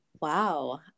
Wow